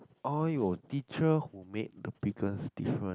or your teachers who make your biggest different